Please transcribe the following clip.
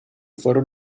fueron